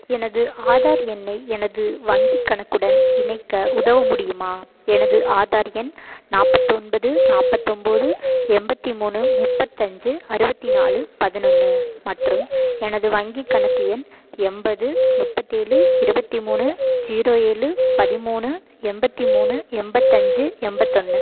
எனது ஆதார் எண்ணை எனது வங்கிக் கணக்குடன் இணைக்க உதவ முடியுமா எனது ஆதார் எண் நாற்பத்தொன்பது நாற்பத்தொம்போது எண்பத்தி மூணு முப்பத்தஞ்சு அறுபத்தி நாலு பதினொன்று மற்றும் எனது வங்கிக் கணக்கு எண் எண்பது முப்பத்தேழு இருபத்தி மூணு ஜீரோ ஏழு பதிமூணு எண்பத்தி மூணு எண்பத்தஞ்சி எண்பத்தொன்னு